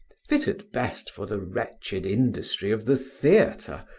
fit at best for the wretched industry of the theatre,